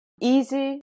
easy